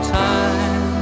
time